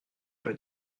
peu